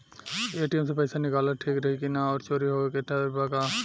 ATM से पईसा निकालल ठीक रही की ना और चोरी होये के डर बा का?